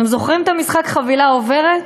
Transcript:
אתם זוכרים את המשחק "חבילה עוברת",